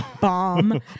Bomb